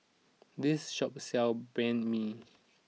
this shop sells Banh Mi